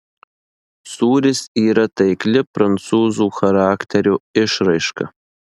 sūris yra taikli prancūzų charakterio išraiška